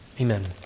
amen